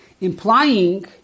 implying